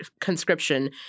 conscription